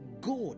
God